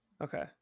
Okay